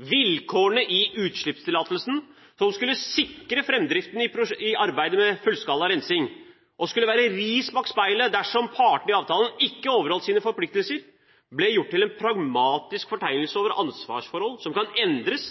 Vilkårene i utslippstillatelsen, som skulle sikre framdriften i arbeidet med fullskala rensing, og som skulle være riset bak speilet dersom partene i avtalen ikke overholdt sine forpliktelser, ble gjort til en pragmatisk fortegnelse over ansvarsforhold som kan endres